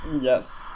yes